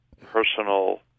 personal